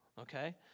Okay